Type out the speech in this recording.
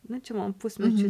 na čia man pusmečiui